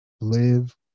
live